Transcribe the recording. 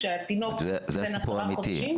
כשהתינוק היה בן עשרה חודשים.